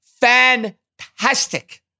fantastic